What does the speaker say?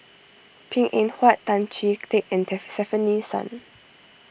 Png Eng Huat Tan Chee Teck and Stefanie Sun